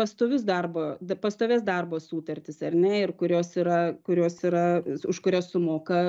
pastovius darbo pastovias darbo sutartis ar ne ir kurios yra kurios yra už kurias sumoka